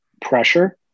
pressure